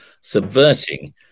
subverting